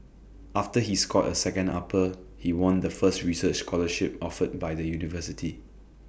after he scored A second upper he won the first research scholarship offered by the university